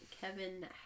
Kevin